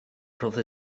roedd